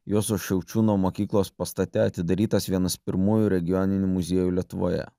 juozo šiaučiūno mokyklos pastate atidarytas vienas pirmųjų regioninių muziejų lietuvoje